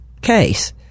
case